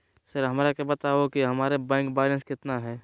Sir हमरा के बताओ कि हमारे बैंक बैलेंस कितना है?